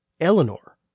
Eleanor